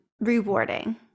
rewarding